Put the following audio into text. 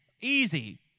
easy